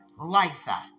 Litha